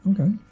Okay